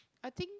I think